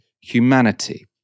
humanity